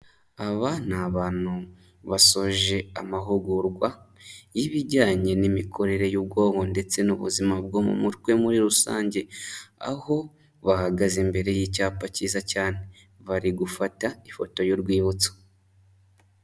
Aba ni abantu basoje amahugurwa y'ibijyanye n'imikorere y'ubwonko, ndetse n'ubuzima bwo mutwe muri rusange, aho bahagaze imbere y'icyapa cyiza cyane, bari gufata ifoto y'urwibutso.